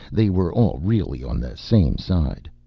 they were all really on the same side.